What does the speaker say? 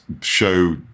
show